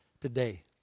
today